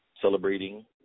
celebrating